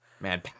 Man